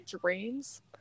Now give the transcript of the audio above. dreams